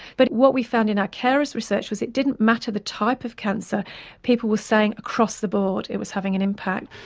but what we found in our carers research was that it didn't matter the type of cancer people were saying across the board it was having an impact.